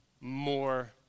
more